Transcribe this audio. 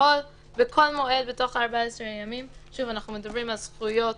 בכל מועד בתוך ה-14 ימים אנחנו מדברים על זכויות